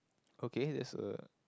okay that's a